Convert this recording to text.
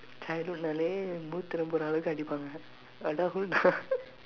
childhood ah dey மூத்திரம் போற அளவுக்கு அடிப்பாங்க:muuththiram poora alavukku adippaangka adulthood ah